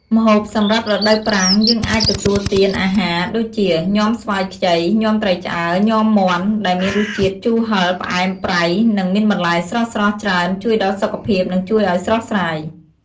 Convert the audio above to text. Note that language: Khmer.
ម្ហូបសម្រាប់រដូវប្រាំង យើងអាចទទួលទានអាហារ ដូចជា ញាំស្វាយខ្ចី ញាំត្រីឆ្អើរ ញាំមាន់ ដែលមានរសជាតិជូរហឹរ ផ្អែម ប្រៃ និង មានបន្លែស្រស់ៗច្រើនជួយដល់សុខភាព និង ជួយឱ្យស្រស់ស្រាយ។